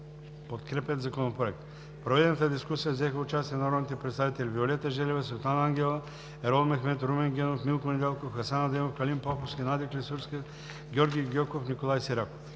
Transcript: подкрепят Законопроекта. В проведената дискусия взеха участие народните представители Виолета Желева, Светлана Ангелова, Ерол Мехмед, Румен Генов, Милко Недялков, Хасан Адемов, Калин Поповски, Надя Клисурска, Георги Гьоков, Николай Сираков.